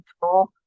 control